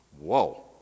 Whoa